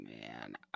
man